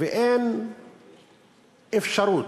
ואין אפשרות.